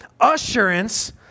assurance